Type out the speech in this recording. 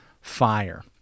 fire